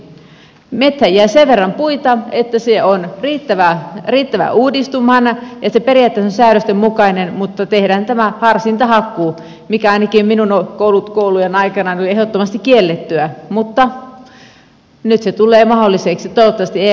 metsään jää sen verran puita että se on riittävä uudistumaan niin että se periaatteessa on säädösten mukainen mutta tehdään tämä harsintahakkuu mikä ainakin minun koulujen aikana oli ehdottomasti kiellettyä mutta nyt se tulee mahdolliseksi toivottavasti ei aiheuta paljon vahinkoja